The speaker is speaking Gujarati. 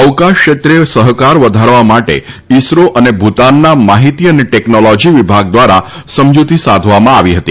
અવકાશ ક્ષેત્રે સહકાર વધારવા માટે ઇસરો અને ભૂતાનના માફીતી અને ટેકનોલોજી વિભાગ દ્વારા સમજૂતી સાધવામાં આવી હતી